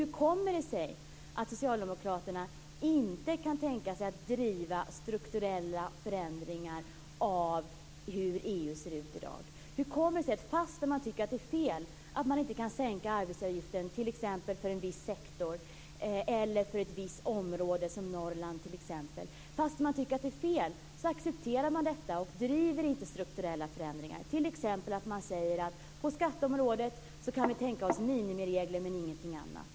Hur kommer det sig att socialdemokraterna inte kan tänka sig att driva frågan om strukturella förändringar inom EU? Hur kommer det sig att man, fastän man tycker att det är fel, accepterar att vi inte kan sänka arbetsgivaravgiften t.ex. för en viss sektor eller för ett visst område, t.ex. Norrland? Fast man tycker att det är fel accepterar man detta och driver inte frågan om strukturella förändringar. Man hade t.ex. kunnat säga att man på skatteområdet hade kunnat tänka sig minimiregler, men ingenting annat.